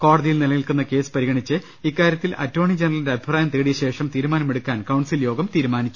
കോട തിയിൽ നിലനിൽക്കുന്ന കേസ് പരിഗണിച്ച് ഇക്കാര്യത്തിൽ അറ്റോർണി ജന റലിന്റെ അഭിപ്രായം തേടിയശേഷം തീരുമാനമെടുക്കാൻ കൌൺസിൽ യോഗം തീരുമാനിച്ചു